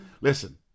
Listen